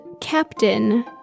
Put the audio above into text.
Captain